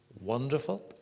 Wonderful